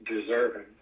deserving